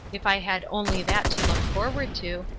if i had only that to look forward to,